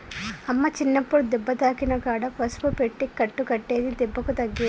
అమ్మ చిన్నప్పుడు దెబ్బ తాకిన కాడ పసుపు పెట్టి కట్టు కట్టేది దెబ్బకు తగ్గేది